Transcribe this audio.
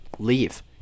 leave